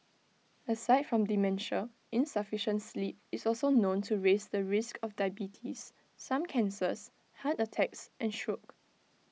aside from dementia insufficient sleep is also known to raise the risk of diabetes some cancers heart attacks and stroke